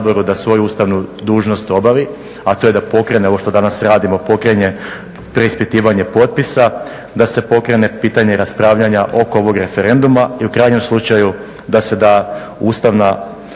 da svoju ustavnu dužnost obavi, a to je da pokrene ovo što danas radimo, pokrene preispitivanje potpisa, da se pokrene pitanje raspravljanja oko ovog referenduma i u krajnjem slučaju da se da ustavna